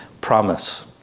promise